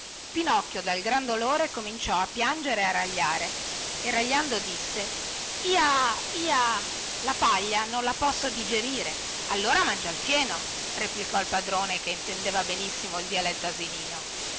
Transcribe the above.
pinocchio dal gran dolore cominciò a piangere e a ragliare e ragliando disse j a j a la paglia non la posso digerire allora mangia il fieno replicò il padrone che intendeva benissimo il dialetto asinino